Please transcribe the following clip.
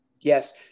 Yes